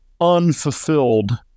unfulfilled